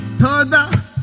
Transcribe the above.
Toda